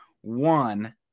one